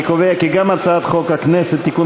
אני קובע כי גם הצעת חוק הכנסת (תיקון